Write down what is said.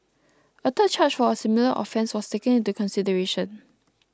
a third charge for a similar offence was taken into consideration